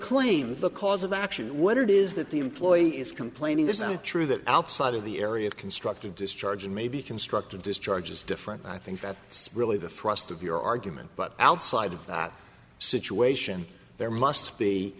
claim the cause of action what it is that the employee is complaining isn't it true that outside of the area of constructive discharge and maybe constructive discharge is different i think that's really the thrust of your argument but outside of that situation there must be